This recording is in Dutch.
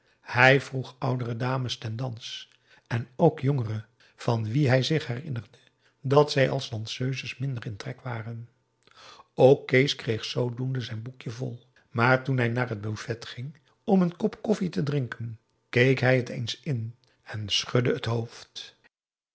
hij vroeg oudere dames ten dans en ook jongere van wie hij zich herinnerde dat zij als danseuses minder in trek waren ook kees kreeg zoodoende zijn boekje vol maar toen hij naar t buffet ging om een kop koffie te drinken keek hij het eens in en schudde het hoofd